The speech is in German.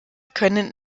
können